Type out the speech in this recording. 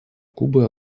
кубы